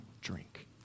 drink